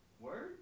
Word